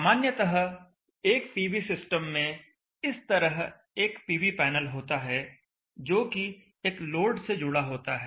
सामान्यतः एक PV system में इस तरह एक पीवी पैनल होता है जो कि एक लोड से जुड़ा होता है